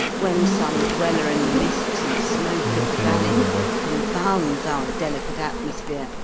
when some dweller in the mists and smoke of the valley confounds our delicate atmosphere,